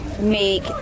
Make